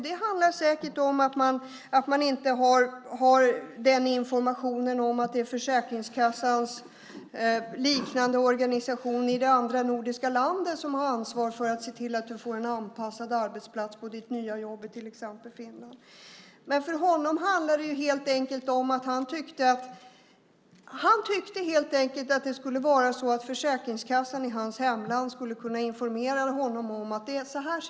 Det handlar säkert om att man inte har information om att det är Försäkringskassans motsvarande organisation i det andra nordiska landet som har ansvar för att man får en anpassad arbetsplats på sitt nya jobb i till exempel Finland. Han tyckte helt enkelt att Försäkringskassan i hans hemland skulle kunna informera honom om hur det ser ut.